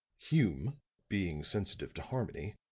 hume being sensitive to harmony,